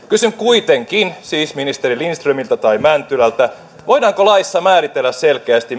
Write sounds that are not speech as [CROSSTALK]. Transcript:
[UNINTELLIGIBLE] kysyn kuitenkin siis ministeri lindströmiltä tai ministeri mäntylältä voidaanko laissa määritellä selkeästi [UNINTELLIGIBLE]